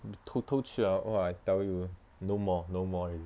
你偷偷去 ah !wah! I tell you no more no more already